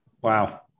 wow